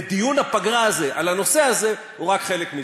ודיון הפגרה הזה על הנושא הזה הוא רק חלק מזה.